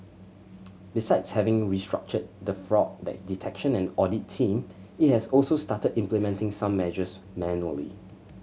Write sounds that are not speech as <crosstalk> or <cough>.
besides having restructured the fraud <unintelligible> detection and audit team it has also started implementing some measures manually